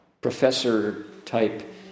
professor-type